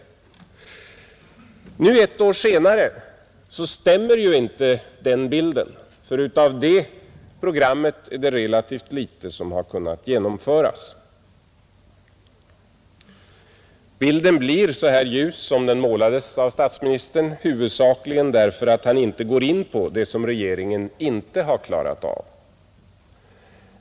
Nu ett år senare stämmer inte den bilden. Av det programmet är det relativt litet som har kunnat genomföras. Bilden blir så ljus som den målades av statsministern huvudsakligen därför att han inte går in på det som regeringen inte har klarat av.